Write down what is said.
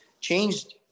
changed